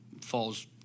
falls